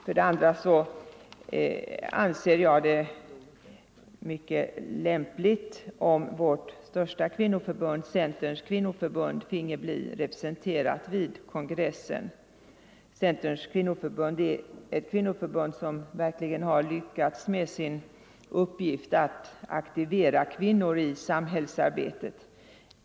Vidare anser jag att det vore mycket lämpligt om vårt största kvinnoförbund, Centerns kvinnoförbund, finge bli representerat vid kongressen. Centerns kvinnoförbund har verkligen lyckats med sin uppgift att aktivera kvinnor i samhällsarbetet.